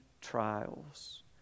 trials